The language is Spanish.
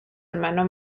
hermano